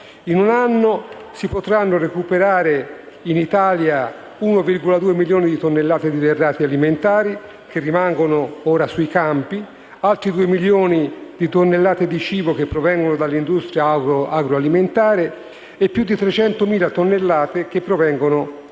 In un anno si potranno recuperare in Italia 1,2 milioni di tonnellate di derrate alimentari che rimangono ora sui campi, altri 2 milioni di tonnellate di cibo che provengono dall'industria agroalimentare e più di 300.000 tonnellate provenienti dalla